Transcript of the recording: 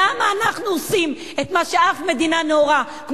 למה אנחנו עושים את מה שאף מדינה נאורה לא עושה,